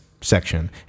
section